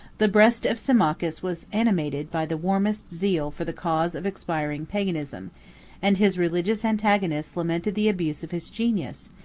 the breast of symmachus was animated by the warmest zeal for the cause of expiring paganism and his religious antagonists lamented the abuse of his genius,